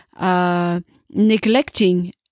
neglecting